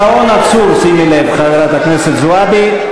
השעון עצור, שימי לב, חברת הכנסת זועבי.